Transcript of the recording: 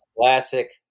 classic